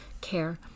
care